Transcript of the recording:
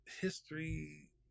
history